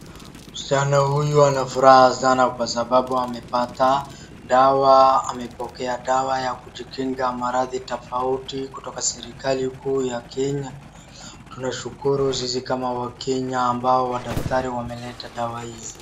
Msichana huyu ana furaha sana kwa sababu amepata dawa, amepokea dawa ya kujikinga maradhi tofauti kutoka serikali kuu ya Kenya. Tunashukuru sisi kama wakenya ambao wadaktari wameleta dawa hizi.